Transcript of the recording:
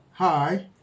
hi